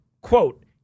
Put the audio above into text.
quote